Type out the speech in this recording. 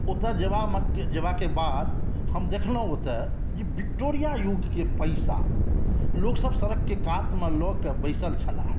ओतऽ जयबाकेँ बाद हम देखलहुँ ओतऽ जे विक्टोरिआ युगके पैसा लोक सभ सड़कके कातमे लऽ कऽ बैसल छलाह